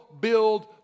build